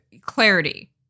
clarity